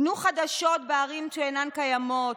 בנו חדשות בערים שהן אינן קיימות,